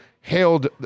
hailed